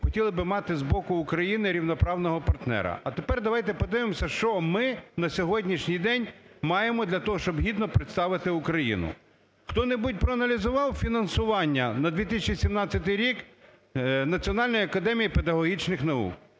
хотіли би мати з боку України рівноправного партнера. А тепер давайте подивимося, що ми на сьогоднішній день маємо для того, щоб гідно представити Україну. Хто-небудь проаналізував фінансування на 2017 рік Національної академії педагогічних наук?